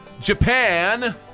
Japan